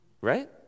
right